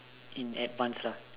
in advanced lah